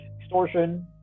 extortion